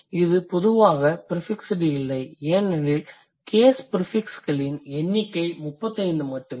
இது பொதுவாக ப்ரிஃபிக்ஸ்டு இல்லை ஏனெனில் கேஸ் ப்ர்ஃபிக்ஸ்களின் எண்ணிக்கை 35 மட்டுமே